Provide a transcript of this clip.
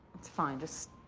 it's fine, just